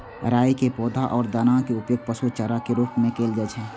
राइ के पौधा आ दानाक उपयोग पशु चारा के रूप मे कैल जाइ छै